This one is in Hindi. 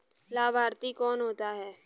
लाभार्थी कौन होता है?